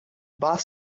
boss